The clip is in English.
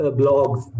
blogs